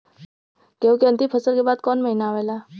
गेहूँ के अंतिम फसल के बाद कवन महीना आवेला?